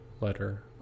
letter